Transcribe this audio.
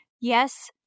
Yes